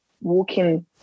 walking